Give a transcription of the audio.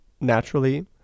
naturally